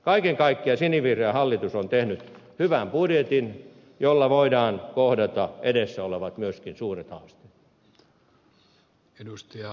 kaiken kaikkiaan sinivihreä hallitus on tehnyt hyvän budjetin jolla voidaan kohdata myöskin edessä olevat suuret haasteet